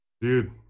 Dude